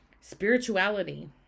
spirituality